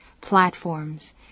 platforms